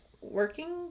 working